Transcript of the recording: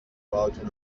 باهاتون